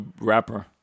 rapper